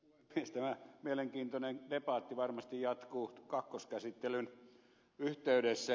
tämä mielenkiintoinen debatti varmasti jatkuu kakkoskäsittelyn yhteydessä